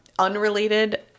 unrelated